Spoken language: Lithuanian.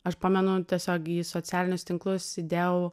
aš pamenu tiesiog į socialinius tinklus įdėjau